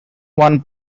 one